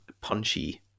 punchy